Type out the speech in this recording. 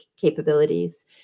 capabilities